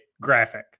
graphic